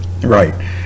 right